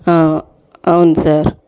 అవున్ సార్